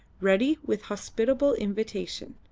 ready with hospitable invitation.